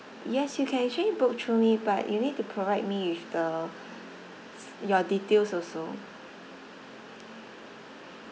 yes you can actually book through me but you need to provide me with the your details also